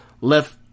left